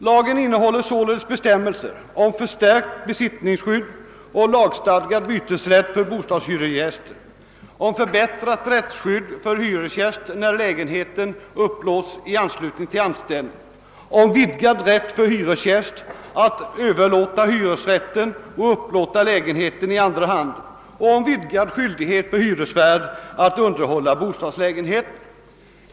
Lagen innehåller således bestämmelser om förstärkt besittningsskydd, om lagstadgad bytesrätt för bostadshyresgäster, om förbättrat rättsskydd för hyresgäst när lägenheten upplåts i anslutning till anställning, om vidgad rätt för hyresgäst att överlåta hyresrätten och att upplåta lägenheten i andra hand samt om vidgad skyldighet för hyresvärd att underhålla bostadslägenhet.